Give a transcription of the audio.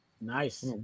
Nice